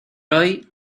hoy